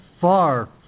far